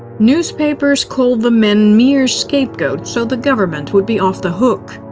newspapers called the men mere scapegoats so the government would be off the hook.